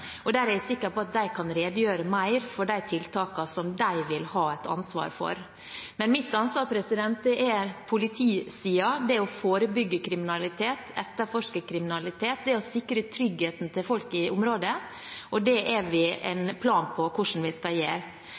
og jeg er sikker på at de kan redegjøre mer for de tiltakene som de vil ha et ansvar for. Men mitt ansvar er politisiden, det å forebygge kriminalitet, etterforske kriminalitet, det å sikre tryggheten til folk i området, og det har vi en plan for hvordan vi skal gjøre.